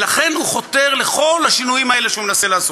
ולכן הוא חותר לכל השינויים האלה שהוא מנסה לעשות.